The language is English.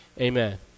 amen